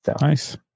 nice